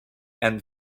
and